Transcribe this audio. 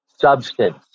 substance